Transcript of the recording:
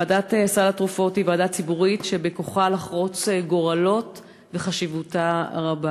ועדת סל התרופות היא ועדה ציבורית שבכוחה לחרוץ גורלות וחשיבותה רבה.